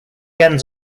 ends